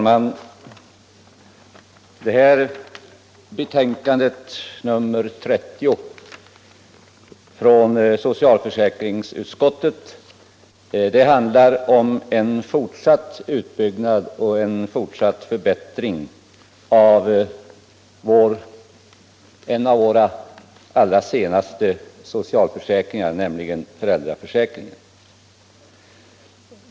Herr talman! Socialförsäkringsutskottets betänkande nr 30 gäller en fortsatt utbyggnad och en fortsatt förbättring av en av våra allra senaste socialförsäkringar, nämligen föräldraförsäkringen.